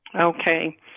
Okay